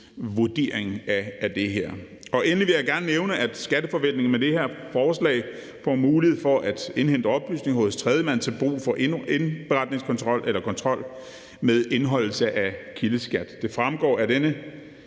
vurdering af det her. Endelig vil jeg gerne nævne, at skatteforvaltningen med det her forslag får mulighed for at indhente oplysninger hos tredjemand til brug for kontrol med indeholdelse af kildeskat. Det fremgår, at den